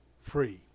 free